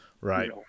Right